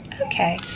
Okay